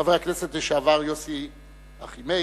חבר הכנסת לשעבר יוסי אחימאיר,